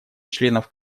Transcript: членов